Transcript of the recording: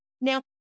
Now